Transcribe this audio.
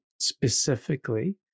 specifically